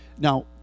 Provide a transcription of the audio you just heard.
now